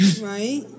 Right